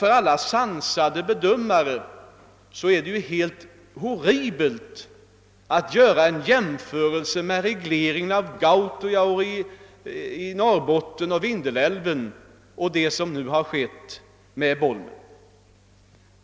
För alla sansade bedömare är det ju helt horribelt att göra en jämförelse mellan regleringen av Gautojaure i Norrbotten eller en reglering av Vindelälven och det som nu har skett med Bolmen.